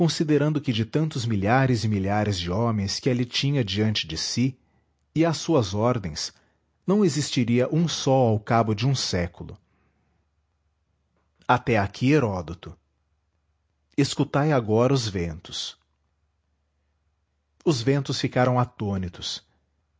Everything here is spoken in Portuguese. considerando que de tantos milhares e milhares de homens que ali tinha diante de si e às suas ordens não existiria um só ao cabo de um século até aqui herôdoto escutai agora os ventos os ventos ficaram atônitos